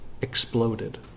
exploded